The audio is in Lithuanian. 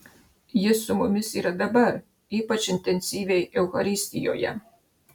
jis su mumis yra dabar ypač intensyviai eucharistijoje